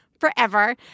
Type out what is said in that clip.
forever